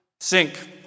sink